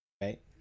right